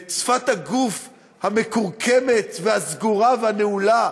את שפת הגוף המכורכמת, הסגורה והנעולה.